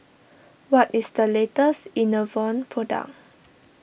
what is the latest Enervon product